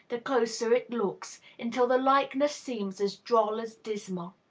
the closer it looks, until the likeness seems as droll as dismal.